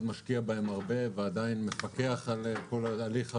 משקיע בהם הרבה ועדיין מפקח על כל הליך הרישוי,